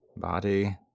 Body